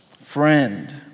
Friend